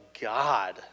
God